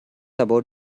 about